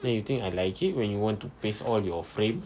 then you think I like it when you want to paste all your frames